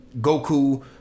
Goku